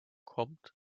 kommt